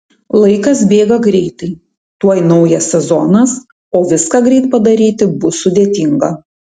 laikas bėga greitai tuoj naujas sezonas o viską greit padaryti bus sudėtinga